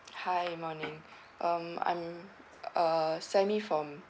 hi morning um I'm uh sammy from